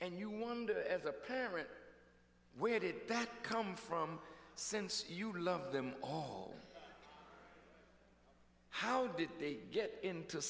and you wonder as a parent where did that come from since you love them all how did they get into